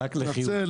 אני מתנצל,